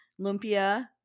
lumpia